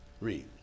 Read